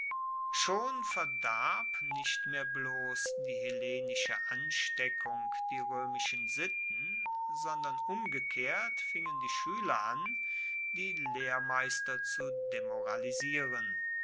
schon verdarb nicht mehr bloss die hellenische ansteckung die roemischen sitten sondern umgekehrt fingen die schueler an die lehrmeister zu demoralisieren